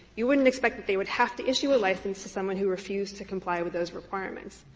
you wouldn't expect that they would have to issue a license to someone who refused to comply with those requirements.